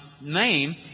name